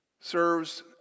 serves